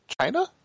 China